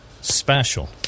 special